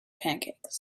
pancakes